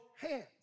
hands